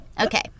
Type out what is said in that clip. okay